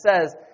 says